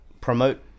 promote